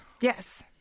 Yes